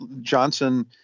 Johnson